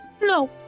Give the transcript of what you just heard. No